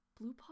Bluepaw